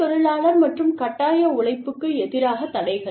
குழந்தைத் தொழிலாளர் மற்றும் கட்டாய உழைப்புக்கு எதிரான தடைகள்